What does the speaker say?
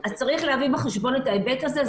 אז צריך להביא בחשבון את ההיבט הזה,